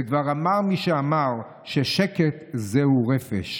וכבר אמר מי שאמר ששקט זהו רפש.